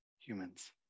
humans